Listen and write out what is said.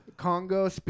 Congo